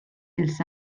els